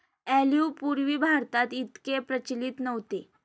olive पूर्वी भारतात इतके प्रचलित नव्हते